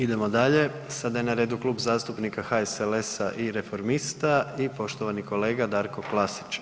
Idemo dalje, sada je na redu Klub zastupnika HSLS-a i Reformista i poštovani kolega Darko Klasić.